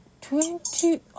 Twenty